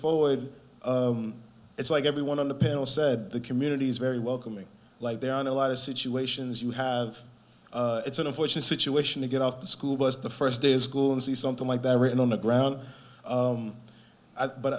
forward it's like everyone on the panel said the community is very welcoming like they're on a lot of situations you have it's an unfortunate situation to get off the school bus the first day of school and see something like that written on the ground